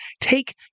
take